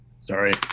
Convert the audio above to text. Sorry